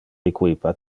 equipa